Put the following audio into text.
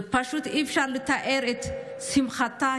ופשוט אי-אפשר לתאר את שמחתה.